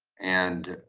and